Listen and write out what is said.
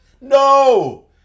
No